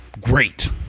Great